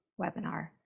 webinar